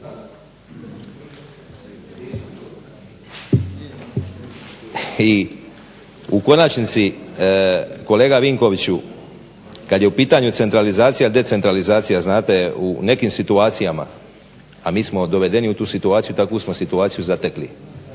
I u konačnici kolega Vinkoviću kad je u pitanju centralizacija, decentralizacija. Znate, u nekim situacijama a mi smo dovedeni u tu situaciju, takvu smo situaciju zatekli.